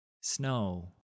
Snow